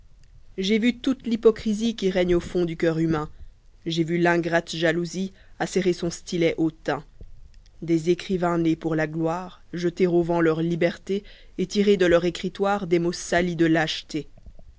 j'ai vu toute l'hypocrisie qui règne au fond du coeur humain j'ai vu l'ingrate jalousie acérer son stylet hautain des écrivains nés pour la gloire jeter au vent leur liberté et tirer de leur écritoire des mots salis de